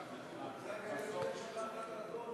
אדוני היושב-ראש, חברי חברי הכנסת,